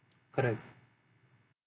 correct